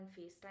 FaceTime